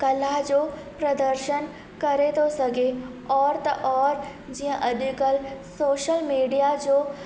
कला जो प्रदर्शन करे थो सघे और त औरि जीअं अॼुकल्ह सोशल मीडिया जो